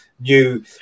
new